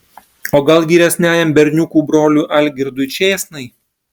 o gal vyresniajam berniukų broliui algirdui čėsnai